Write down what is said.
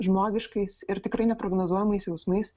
žmogiškais ir tikrai neprognozuojamais jausmais